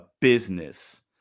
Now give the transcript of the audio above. business